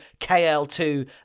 KL2